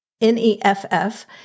N-E-F-F